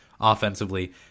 offensively